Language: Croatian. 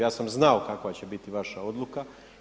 Ja sam znao kakva će biti vaša odluka.